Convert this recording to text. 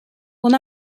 will